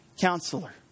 Counselor